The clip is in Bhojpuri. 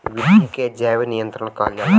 विधि के जैव नियंत्रण कहल जाला